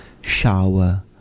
Shower